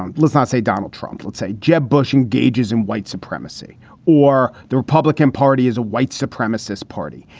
um let's not say donald trump. let's say jeb bush engages in white supremacy or the republican party is a white supremacist party.